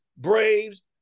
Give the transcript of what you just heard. Braves